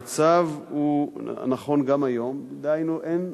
המצב נכון גם היום, דהיינו, אין